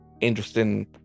interesting